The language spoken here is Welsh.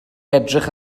edrych